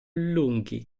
lunghi